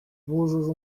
bujuje